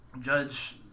judge